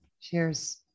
Cheers